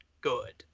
good